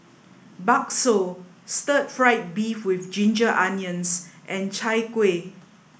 Bakso Stir Fried Beef With Ginger Onions and Chai Kueh